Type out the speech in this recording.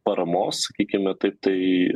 paramos sakykime taip tai